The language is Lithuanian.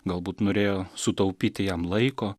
galbūt norėjo sutaupyti jam laiko